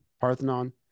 parthenon